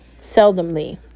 seldomly